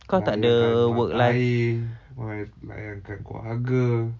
ada hal yang lain buat layankan keluarga